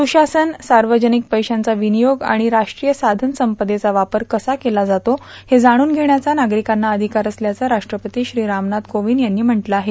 सुशासन सावर्जानक पैशांचा र्वानयोग आण राष्ट्रीय साधन संपदेचा वापर कसा केला जातो हे जाणून घेण्याचा नार्गारकांना अधिकार असल्याचं राष्ट्रपती रामनाथ कोर्वंद यांनी म्हटलं आहे